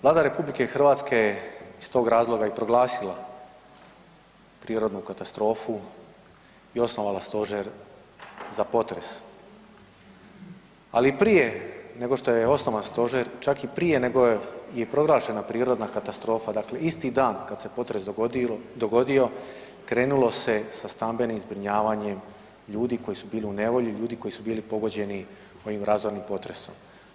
Vlada RH je iz tog razloga i proglasila prirodnu katastrofu i osnovala stožer za potres, ali i prije nego što je osnovan stožer, čak i prije nego je proglašena prirodna katastrofa, dakle isti dan kada se potres dogodio krenulo se sa stambenim zbrinjavanjem ljudi koji su bili u nevolji, ljudi koji su bili pogođeni ovim razornim potresom.